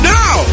now